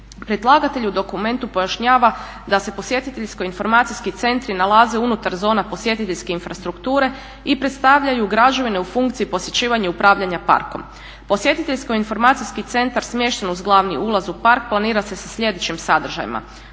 Predlagatelj u dokumentu pojašnjava da se posjetiteljsko-informacijski centri nalaze unutar zona posjetiteljske infrastrukture i predstavljaju građevine u funkciji posjećivanja i upravljanja parkom. Posjetiteljsko-informacijski centar smješten uz glavni ulaz u park planira se sa sljedećim sadržajima: